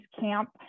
camp